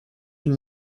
une